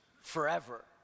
Forever